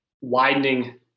widening